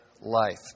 life